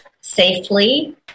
safely